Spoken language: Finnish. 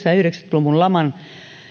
luvun laman